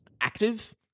active